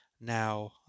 now